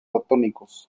atómicos